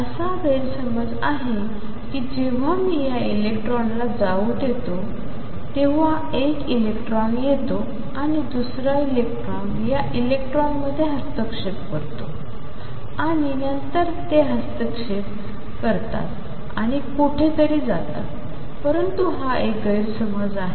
असा गैरसमज आहे की जेव्हा मी या इलेक्ट्रॉनांना जाऊ देतो तेव्हा एक इलेक्ट्रॉन येतो आणि दुसरा इलेक्ट्रॉन या इलेक्ट्रॉनमध्ये हस्तक्षेप करतो आणि नंतर ते हस्तक्षेप करतात आणि कुठेतरी जातात परंतु हा एक गैरसमज आहे